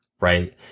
right